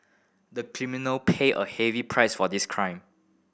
the criminal paid a heavy price for this crime